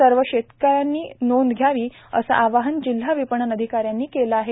सर्व शेतकरी बांधवांनी नोंद घ्यावी असे आवाहन जिल्हा विपणन अधिकारी यांनी केले आहे